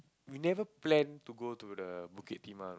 we never plan to go to the Bukit-Timah